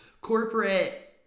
corporate